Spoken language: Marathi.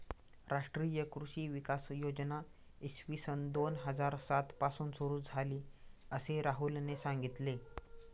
राष्ट्रीय कृषी विकास योजना इसवी सन दोन हजार सात पासून सुरू झाली, असे राहुलने सांगितले